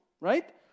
right